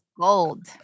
gold